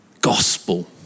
Gospel